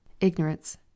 Ignorance